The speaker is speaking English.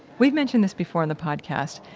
we've mentioned this before in the podcast,